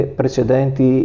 precedenti